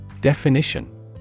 Definition